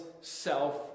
self